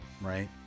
Right